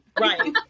right